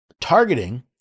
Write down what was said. targeting